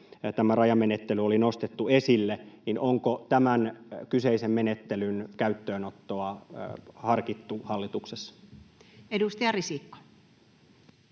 tämä rajamenettely oli nostettu esille. Onko tämän kyseisen menettelyn käyttöönottoa harkittu hallituksessa? Edustaja Risikko.